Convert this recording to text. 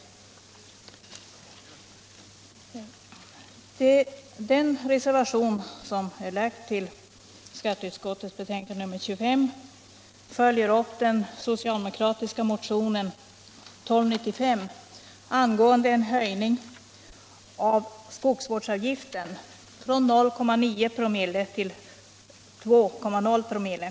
Den reservation som är fogad till skatteutskottets betänkande nr 25 följer upp den socialdemokratiska motionen 1295 angående höjning av skogsvårdsavgiften från 0,9 till 2,0 promille.